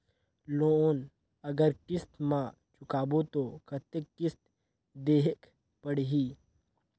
Loan अगर किस्त म चुकाबो तो कतेक किस्त देहेक पढ़ही?